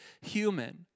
human